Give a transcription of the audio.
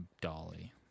Dolly